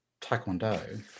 taekwondo